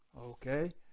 Okay